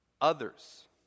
others